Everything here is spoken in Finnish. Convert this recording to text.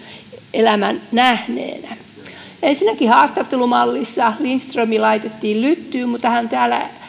elämän nähneenä että myös epäkohtia ensinnäkin haastattelumallista lindström laitettiin lyttyyn mutta hän täällä